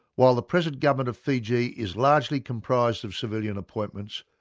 while the present government of fiji is largely comprised of civilian appointments,